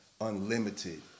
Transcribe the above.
unlimited